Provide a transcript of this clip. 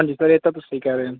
ਹਾਂਜੀ ਸਰ ਇਹ ਤਾਂ ਤੁਸੀਂ ਕਹਿ ਰਹੇ ਹੋ